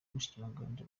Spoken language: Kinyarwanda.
umushikiranganji